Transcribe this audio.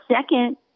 second